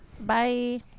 Bye